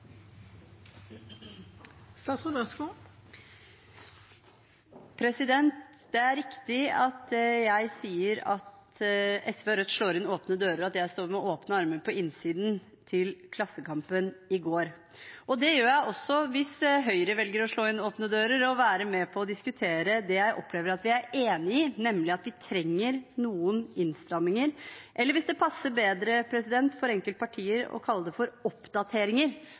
at SV og Rødt slår inn åpne dører, og at jeg står med åpne armer på innsiden. Det gjør jeg også hvis Høyre velger å slå inn åpne dører og være med på å diskutere det jeg opplever at vi er enige om, nemlig at vi trenger noen innstramminger eller – hvis det passer bedre for enkelte partier å kalle det det – oppdateringer